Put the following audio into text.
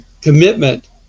commitment